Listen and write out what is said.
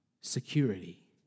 security